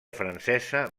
francesa